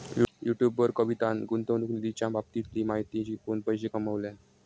YouTube वर कवितान गुंतवणूक निधीच्या बाबतीतली माहिती शिकवून पैशे कमावल्यान